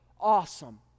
awesome